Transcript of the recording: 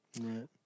Right